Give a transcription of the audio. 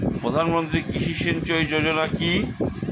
প্রধানমন্ত্রী কৃষি সিঞ্চয়ী যোজনা কি?